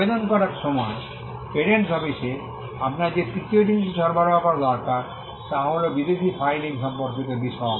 আবেদন করার সময় পেটেন্ট অফিসে আপনার যে তৃতীয় জিনিসটি সরবরাহ করা দরকার তা হল বিদেশী ফাইলিং সম্পর্কিত বিশদ